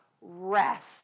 rest